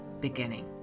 beginning